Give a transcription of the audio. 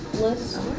list